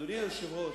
אדוני היושב-ראש,